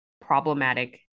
problematic